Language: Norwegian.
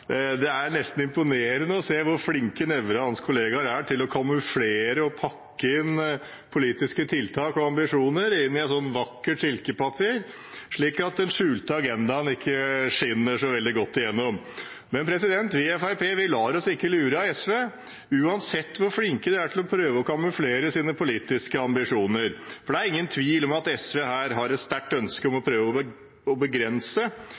er til å kamuflere og pakke inn politiske tiltak og ambisjoner i et vakkert silkepapir, slik at den skjulte agendaen ikke skinner så godt igjennom. Men vi i Fremskrittspartiet lar oss ikke lure av SV, uansett hvor flinke de er til å prøve å kamuflere sine politiske ambisjoner. Det er ingen tvil om at SV her har et sterkt ønske om å prøve å